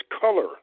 color